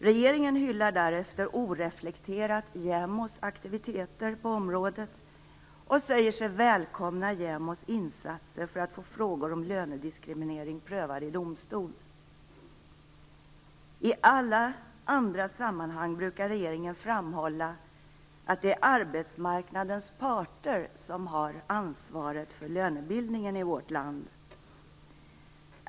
Regeringen hyllar därefter oreflekterat JämO:s aktiviteter på området och säger sig välkomna JämO:s insatser för att få frågor om lönediskriminering prövade i domstol. I alla andra sammanhang brukar regeringen framhålla att det är arbetsmarknadens parter som har ansvaret för lönebildningen i vårt land.